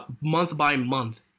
month-by-month